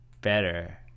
better